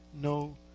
no